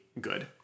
good